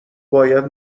باید